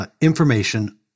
information